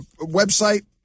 website